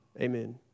Amen